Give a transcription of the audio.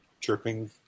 chirping